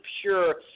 pure –